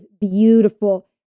beautiful